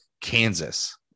Kansas